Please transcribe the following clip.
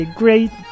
great